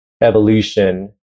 evolution